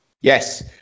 Yes